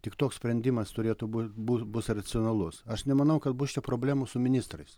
tik toks sprendimas turėtų būti bus bus racionalus aš nemanau kad bus problemų su ministrais